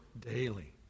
daily